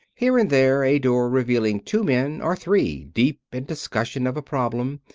here and there a door revealing two men, or three, deep in discussion of a problem,